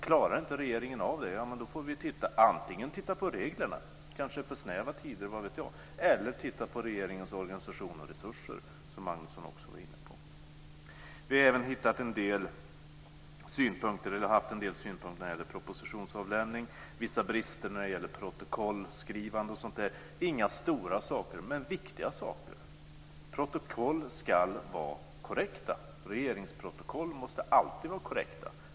Klarar inte regeringen av det får vi antingen se över reglerna - tiderna kanske är för snäva, vad vet jag - eller se över regeringens organisation och resurser, som Magnusson också var inne på. Vi har även haft en del synpunkter på propositionsavlämnande och på vissa brister i protokollskrivande etc. Det är inga stora saker men viktiga saker. Protokoll ska vara korrekta. Regeringsprotokoll måste alltid vara korrekta.